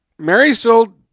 Marysville